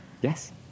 Yes